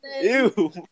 Ew